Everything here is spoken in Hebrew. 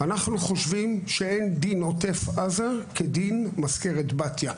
אנחנו חושבים שאין דין עוטף עזה כדין מזכרת בתיה.